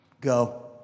Go